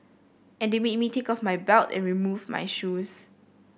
and they made me take off my belt and remove my shoes